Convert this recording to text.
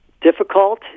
difficult